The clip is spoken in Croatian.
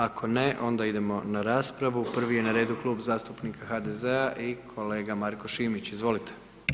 Ako ne, onda idemo na raspravu, prvi je na redu Klub zastupnika HDZ-a i kolega Marko Šimić, izvolite.